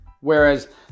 whereas